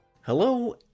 Hello